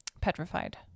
petrified